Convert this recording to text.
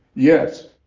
yes.